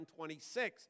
26